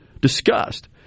discussed